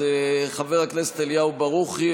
חבר הכנסת אליהו ברוכי,